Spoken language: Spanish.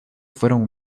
fueron